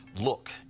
look